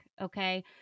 Okay